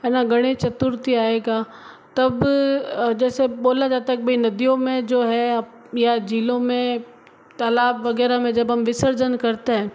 है न गणेश चतुर्थी आएगा तब जैसे बोला जाता है कि भाई नदियों में जो है आप या ज़िलों में तालाब वगैरह में जब हम विसर्जन करते है